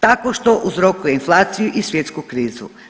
Tako što uzrokuje inflaciju i svjetsku krizu.